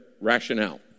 rationale